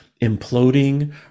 imploding